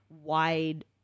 wide